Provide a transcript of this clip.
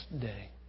day